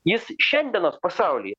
jis šiandienos pasauly